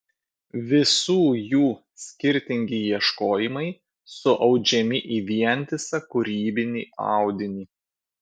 visų jų skirtingi ieškojimai suaudžiami į vientisą kūrybinį audinį